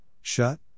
shut